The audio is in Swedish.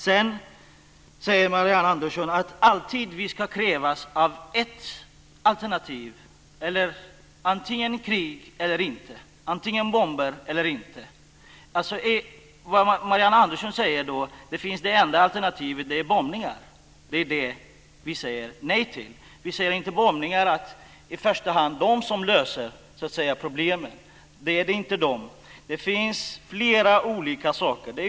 Sedan säger Marianne Andersson att vi alltid måste välja ett alternativ - antingen krig eller inte, antingen bomber eller inte. Vad Marianne Andersson säger är att det enda alternativet som finns är bombningar. Det är det vi säger nej till. Vi säger att det inte är bombningar i första hand som löser problemet. Det finns flera olika saker.